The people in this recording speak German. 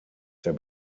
der